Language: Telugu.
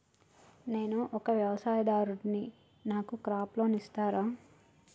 నేను ఒక వ్యవసాయదారుడిని నాకు క్రాప్ లోన్ ఇస్తారా?